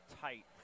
tight